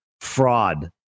fraud